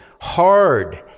hard